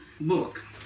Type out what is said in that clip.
book